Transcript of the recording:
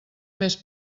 més